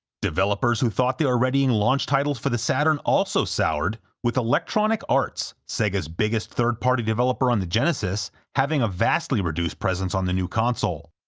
developers who thought that they were readying launch titles for the saturn also soured, with electronic arts, sega's biggest third-party developer on the genesis, having a vastly reduced presence on the new console.